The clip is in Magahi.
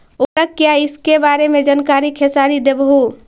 उर्वरक क्या इ सके बारे मे जानकारी खेसारी देबहू?